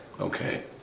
Okay